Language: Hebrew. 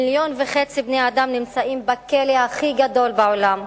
מיליון וחצי בני-אדם נמצאים בכלא הכי גדול בעולם.